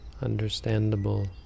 understandable